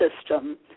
system